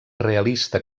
realista